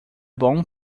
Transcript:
bom